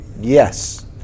Yes